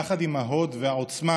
יחד עם ההוד והעוצמה